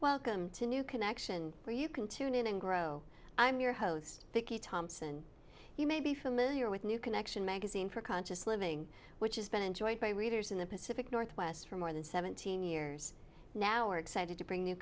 welcome to new connection where you can tune in and grow i'm your host vicky thompson you may be familiar with new connection magazine for conscious living which has been enjoyed by readers in the pacific northwest for more than seventeen years now are excited to bring new